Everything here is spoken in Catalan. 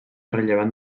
rellevant